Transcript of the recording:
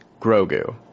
Grogu